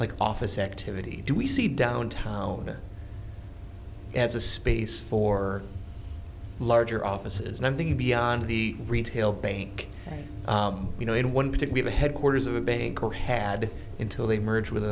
like office activity do we see downtown as a space for larger offices nothing beyond the retail bank you know in one particular headquarters of a bank or had until they merge with